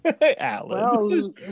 Alan